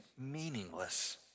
meaningless